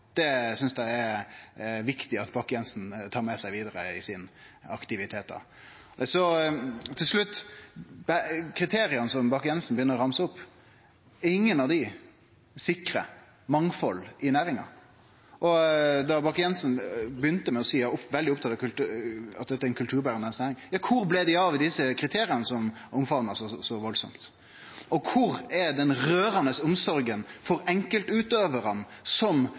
Det synest eg er viktig at Bakke-Jensen tar med seg vidare i sine aktivitetar. Til slutt: Ingen av dei kriteria som representanten Bakke-Jensen ramsar opp, sikrar mangfald i næringa. Representanten Bakke-Jensen begynte med å seie at han var veldig opptatt av at dette er ei kulturberande næring. Kvar blei det av dei kriteria som han omfamna så veldig, og kvar er den rørande omsorga for enkeltutøvarane som